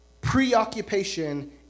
preoccupation